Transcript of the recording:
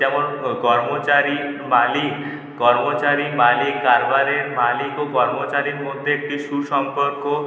যেমন কর্মচারী মালিক কর্মচারী মালিক তারপরে মালিক ও কর্মচারীর মধ্যে একটি সুসম্পর্ক